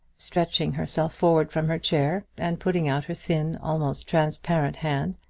stretching herself forward from her chair, and putting out her thin, almost transparent, hand,